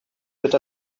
with